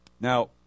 Now